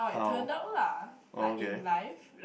how oh okay